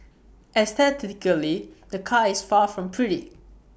aesthetically the car is far from pretty